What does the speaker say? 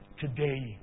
today